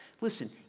Listen